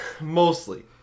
mostly